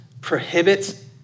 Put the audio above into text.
prohibits